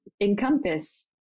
encompass